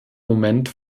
moment